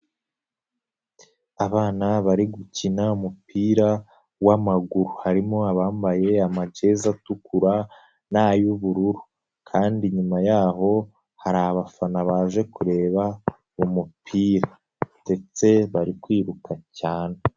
Abana bari gukina umupira w'amaguru harimo abambaye amajezi atukura n'ay'ubururu kandi nyuma yaho hari abafana baje kureba umupira ndetse bari kwiruka cyane.